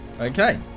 Okay